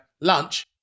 lunch